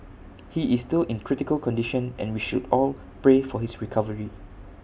he is still in critical condition and we should all pray for his recovery